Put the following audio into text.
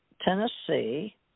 Tennessee